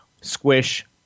squish